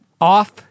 Off